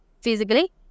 physically